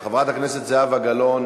חברת הכנסת זהבה גלאון